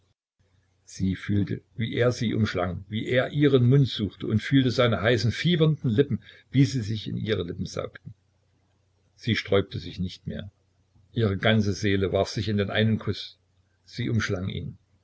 sie fühlte wie er sie umschlang wie er ihren mund suchte und fühlte seine heißen fiebernden lippen wie sie sich in ihre lippen saugten sie sträubte sich nicht mehr ihre ganze seele warf sich in den einen kuß sie umschlang ihn